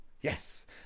Yes